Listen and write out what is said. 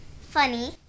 funny